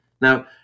Now